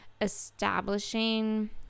establishing